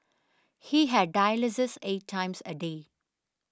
he had dialysis eight times a day